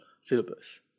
syllabus